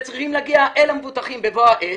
כספים שצריכים להגיע אל המבוטחים בבוא העת,